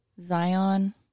Zion